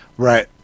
Right